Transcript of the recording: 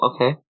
okay